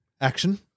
action